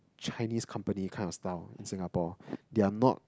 Chinese company kind of style in Singapore they are not